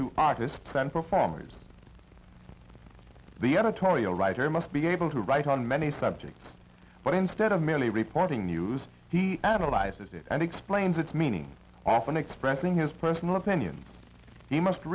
to artists and performers the editorial writer must be able to write on many subjects but instead of merely reporting news he added i says it and explains its meaning often expressing his personal opinions he must